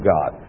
God